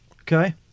Okay